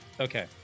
Okay